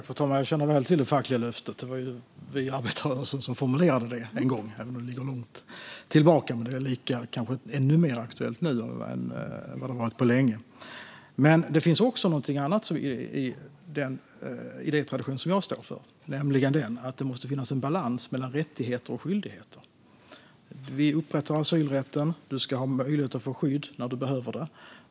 Fru talman! Jag känner väl till det fackliga löftet. Det var ju vi i arbetarrörelsen som formulerade det en gång, även om det ligger långt tillbaka. Det är kanske ännu mer aktuellt nu än vad det har varit på länge. Det finns också något annat i den idétradition som jag står för, nämligen att det måste finnas en balans mellan rättigheter och skyldigheter. Vi upprätthåller asylrätten, och man ska ha möjlighet att få skydd när man behöver det.